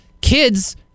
Kids